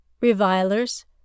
revilers